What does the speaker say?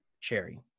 cherry